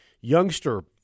youngster